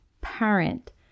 parent